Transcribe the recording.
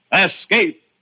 Escape